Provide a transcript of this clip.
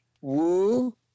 Woo